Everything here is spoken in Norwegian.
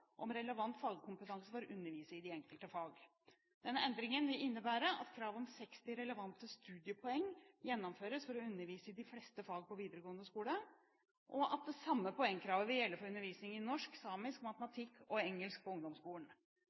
om å innføre krav om relevant fagkompetanse for å undervise i de enkelte fag. Endringen vil innebære at kravet om 60 relevante studiepoeng gjennomføres for å undervise i de fleste fag på videregående skole. Det samme poengkravet vil gjelde for undervisning i norsk/samisk, matematikk og engelsk på ungdomsskolen.